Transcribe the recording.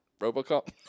Robocop